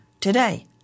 today